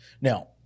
Now